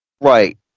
Right